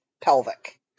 pelvic